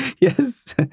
yes